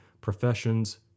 professions